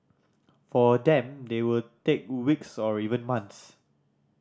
for them they will take weeks or even months